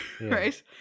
right